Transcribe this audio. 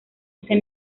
ese